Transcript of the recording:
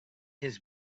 his